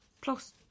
Plus